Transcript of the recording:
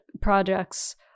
projects